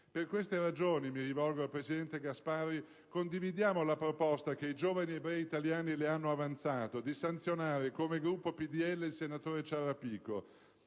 Per queste ragioni - mi rivolgo al presidente Gasparri - condividiamo la proposta che i giovani ebrei italiani le hanno avanzato, di sanzionare come Gruppo PdL il senatore Ciarrapico.